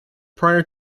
prior